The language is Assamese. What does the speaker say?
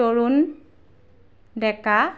তৰুণ ডেকা